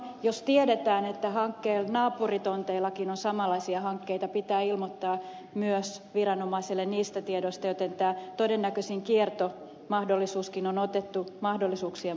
jos tiedetään että hankkeen naapuritonteillakin on samanlaisia hankkeita pitää ilmoittaa myös viranomaiselle niistä tiedoista joten tämä todennäköisin kiertomahdollisuuskin on otettu mahdollisuuksien mukaan huomioon